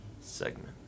segment